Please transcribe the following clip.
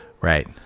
Right